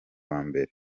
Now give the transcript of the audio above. wambere